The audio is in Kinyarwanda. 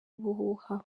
ubuhuha